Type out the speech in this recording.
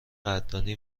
قدردانی